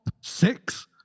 six